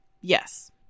yes